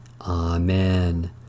Amen